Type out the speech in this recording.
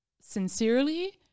sincerely